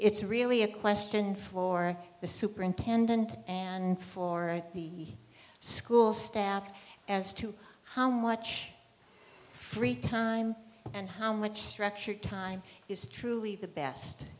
it's really a question for the superintendent and for the school staff as to how much free time and how much structured time is truly the best